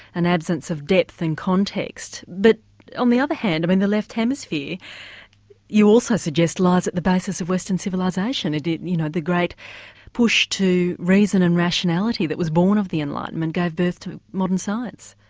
an absence of depth and context, but on the other hand, i mean the left hemisphere you also suggest lies at the basis of western civilisation. you know the great push to reason and rationality that was born of the enlightenment, gave birth to modern science.